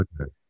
Okay